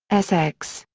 sx,